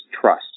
trust